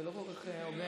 זה לא כל כך הוגן.